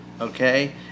Okay